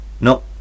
no